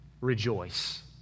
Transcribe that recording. rejoice